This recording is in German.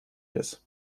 ist